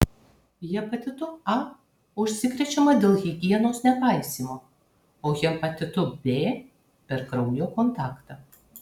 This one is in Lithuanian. hepatitu a užsikrečiama dėl higienos nepaisymo o hepatitu b per kraujo kontaktą